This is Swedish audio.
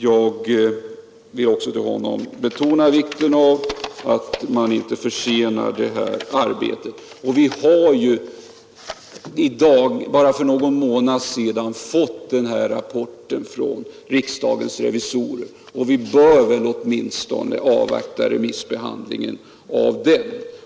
Jag vill också för honom betona vikten av att detta arbete inte försenas. Bara för någon månad sedan kom revisorernas rapport, och vi bör väl åtminstone avvakta remissbehandlingen av den.